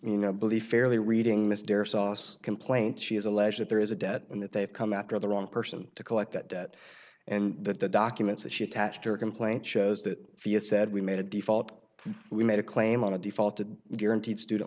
you know belief fairly reading mr sauce complaint she has alleged that there is a debt and that they have come after the wrong person to collect that debt and that the documents that she attached her complaint shows that fia said we made a default and we made a claim on a default that guaranteed student